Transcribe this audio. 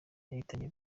yahitanye